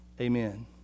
Amen